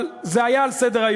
אבל זה היה על סדר-היום.